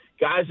guys